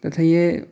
तथा यह